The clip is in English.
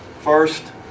First